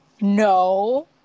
No